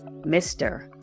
mr